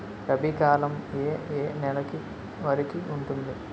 రబీ కాలం ఏ ఏ నెల వరికి ఉంటుంది?